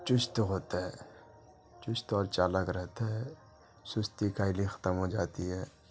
چست ہوتا ہے چست اور چالاک رہتا ہے سستی کاہلی ختم ہو جاتی ہے